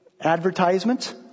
advertisements